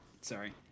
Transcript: Sorry